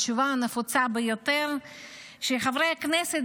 התשובה הנפוצה ביותר היא שחברי הכנסת